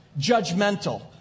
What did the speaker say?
judgmental